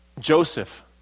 Joseph